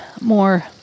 more